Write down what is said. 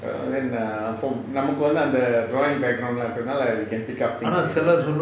err then err நமக்கு வந்து அந்த:namakku vanthu antha drawing background leh இருக்குறதால:irukurathalae we can pick up things